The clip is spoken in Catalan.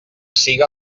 siga